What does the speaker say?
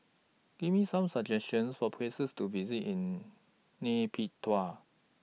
Give Me Some suggestions For Places to visit in Nay Pyi Taw